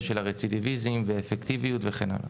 של הרצידיביזם ואפקטיביות וכן הלאה.